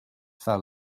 fell